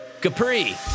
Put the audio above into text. Capri